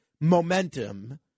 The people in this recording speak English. momentum